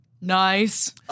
Nice